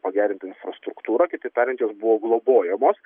pagerinta infrastruktūra kitaip tariant jos buvo globojamos